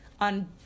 on